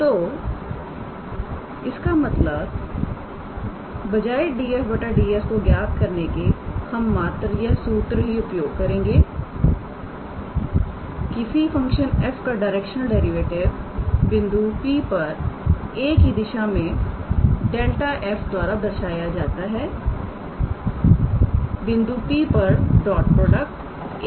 तोइसका मतलब बजाय 𝑑𝑓𝑑𝑠 को ज्ञात करने के हम मात्र यह सूत्र ही उपयोग करेंगे किसी फंक्शन f का डायरेक्शनल डेरिवेटिव बिंदु P पर a की दिशा में ∇⃗ 𝑓 द्वारा दर्शाया जाता है बिंदु P पर डॉट प्रोडक्ट 𝑎̂